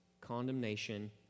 condemnation